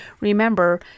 Remember